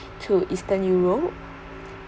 to eastern europe